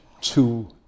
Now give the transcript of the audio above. two